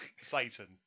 Satan